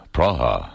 Praha